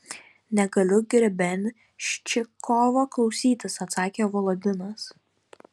negaliu grebenščikovo klausytis atsakė volodinas